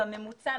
בממוצע,